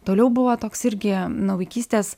toliau buvo toks irgi nuo vaikystės